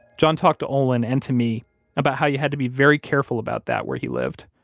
john talked to olin and to me about how you had to be very careful about that where he lived.